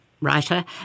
Writer